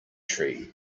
tree